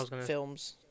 films